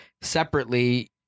separately